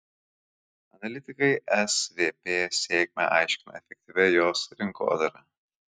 analitikai svp sėkmę aiškina efektyvia jos rinkodara